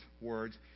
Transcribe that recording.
words